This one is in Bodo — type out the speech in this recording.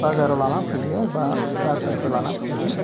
बाजाराव लाना फैयो बा नार्सारिनिफ्राइ लाना फैयो